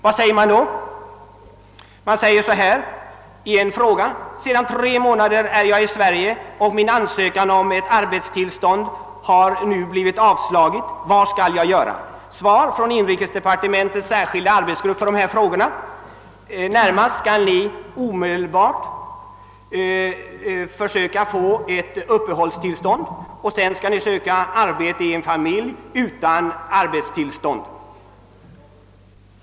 En person ställde följande fråga till inrikesdepartementet: Sedan tre månader är jag i Sverige och min ansökan om arbetstillstånd har nu blivit avslagen. Vad skall jag göra? Inrikesdepartementets särskilda arbetsgrupp för dessa frågor svarade: Närmast skall Ni omedelbart försöka få uppehållstillstånd och sedan skall Ni söka arbete i en familj utan arbetstillstånd.